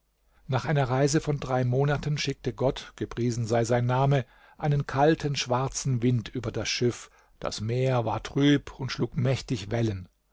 nach einer reise von drei monaten schickte gott gepriesen sei sein name einen kalten schwarzen wind über das schiff das meer war trüb und schlug mächtig wellen